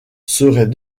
serait